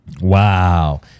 Wow